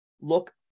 look